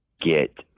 get